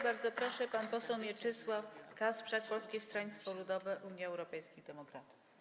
Bardzo proszę, pan poseł Mieczysław Kasprzak, Polskie Stronnictwo Ludowe - Unia Europejskich Demokratów.